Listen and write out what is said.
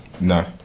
No